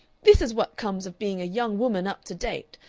this is what comes of being a young woman up to date.